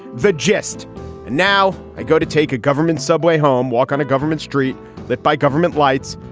the gist and now i go to take a government subway home walk on a government street lit by government lights,